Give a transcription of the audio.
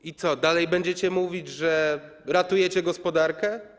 I co, dalej będziecie mówić, że ratujecie gospodarkę?